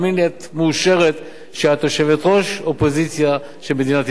את מאושרת שאת יושבת-ראש האופוזיציה של מדינת ישראל,